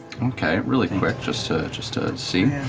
okay, really quick just to just to see.